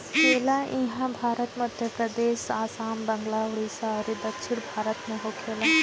केला इहां बिहार, मध्यप्रदेश, आसाम, बंगाल, उड़ीसा अउरी दक्षिण भारत में होखेला